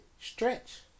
stretch